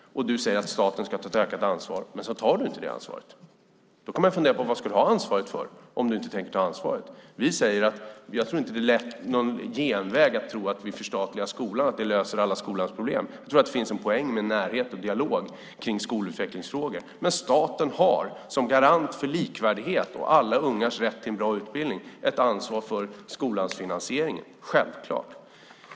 Du säger att staten ska ta ett ökat ansvar, men så tar du inte det ansvaret. Då kan man fundera på vad du ska ha ansvaret för om du inte tänker ta det ansvaret. Vi tror inte att det är någon genväg att förstatliga skolan för att lösa alla skolans problem. Jag tror att det finns en poäng med närhet och dialog kring skolutvecklingsfrågor. Men staten har som garant för likvärdighet och alla ungas rätt till en bra utbildning ett ansvar för skolans finansiering, självklart.